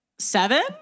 Seven